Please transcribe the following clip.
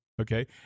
okay